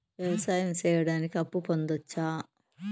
వ్యవసాయం సేయడానికి అప్పు పొందొచ్చా?